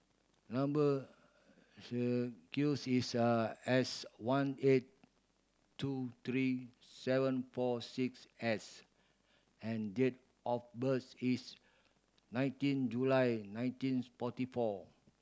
number is S one eight two three seven four six S and date of birth is nineteen July nineteen forty four